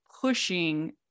pushing